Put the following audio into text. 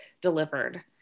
delivered